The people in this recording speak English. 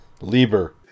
Lieber